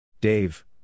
Dave